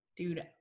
dude